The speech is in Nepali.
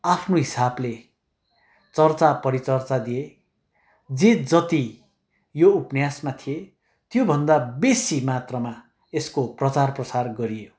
आफ्नो हिसाबले चर्चा परिचर्चा दिए जे जति यो उपन्यासमा थिए त्योभन्दा बेसी मात्रामा यसको प्रचार प्रसार गरियो